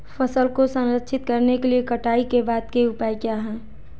फसल को संरक्षित करने के लिए कटाई के बाद के उपाय क्या हैं?